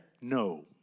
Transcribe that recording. No